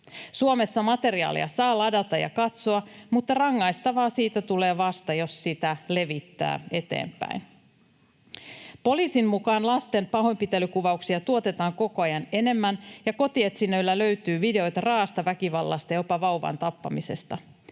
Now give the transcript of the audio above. Suomessa materiaalia saa ladata ja katsoa, mutta rangaistavaa siitä tulee vasta, jos sitä levittää eteenpäin. Poliisin mukaan lasten pahoinpitelykuvauksia tuotetaan koko ajan enemmän, ja kotietsinnöillä löytyy videoita raa’asta väkivallasta, jopa vauvan tappamisesta.